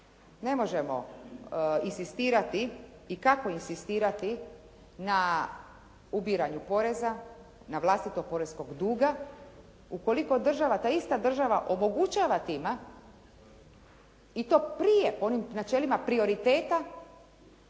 Ne možemo inzistirati i kako inzistirati na ubiranju poreza na vlastitog poreznog duga ukoliko država, ta ista država omogućava tima, i to prije onim načelima prioriteta